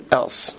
else